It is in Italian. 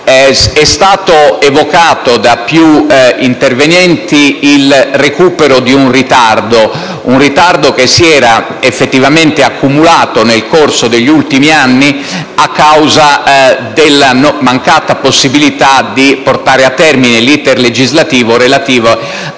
È stato evocato da più intervenienti il recupero di un ritardo; un ritardo che si era effettivamente accumulato nel corso degli ultimi anni a causa della mancata possibilità di portare a termine l'*iter* legislativo relativo